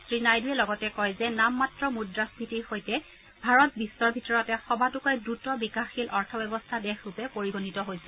শ্ৰীনাইডুৱে লগতে কয় যে নামমাত্ৰ মুদ্ৰাস্ফীতিৰ সৈতে ভাৰত বিশ্বৰ ভিতৰতে সবাতোকৈ দ্ৰুত বিকাশশীল অৰ্থব্যৱস্থা দেশ ৰূপে পৰিগণিত হৈছে